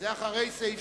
זה אחרי סעיף